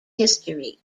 history